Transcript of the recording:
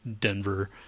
Denver